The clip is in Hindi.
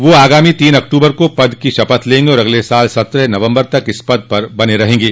वह आगामी तीन अक्टूबर को पद की शपथ लेंगे और अगले साल सत्रह नवम्बर तक इस पद पर रहेंगे